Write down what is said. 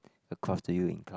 across to you in class